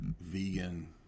vegan